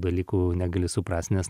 dalykų negali suprast nes